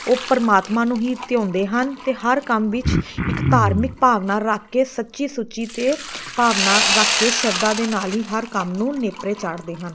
ਉਹ ਪਰਮਾਤਮਾ ਨੂੰ ਹੀ ਧਿਆਉਂਦੇ ਹਨ ਅਤੇ ਹਰ ਕੰਮ ਵਿੱਚ ਇੱਕ ਧਾਰਮਿਕ ਭਾਵਨਾ ਰੱਖ ਕੇ ਸੱਚੀ ਸੁੱਚੀ ਅਤੇ ਭਾਵਨਾ ਰੱਖ ਕੇ ਸ਼ਰਧਾ ਦੇ ਨਾਲ ਹੀ ਹਰ ਕੰਮ ਨੂੰ ਨੇਪਰੇ ਚਾੜ੍ਹਦੇ ਹਨ